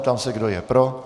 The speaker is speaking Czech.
Ptám se, kdo je pro.